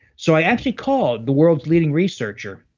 so i actually called the world's leading researcher,